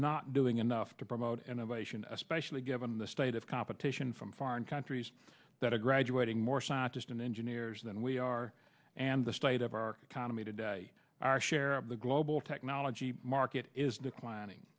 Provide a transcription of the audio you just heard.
not doing enough to promote innovation especially given the state of competition from foreign countries that are graduating more distant engineers than we are and the state of our economy today our share of the global technology market is declining